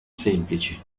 semplici